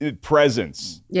presence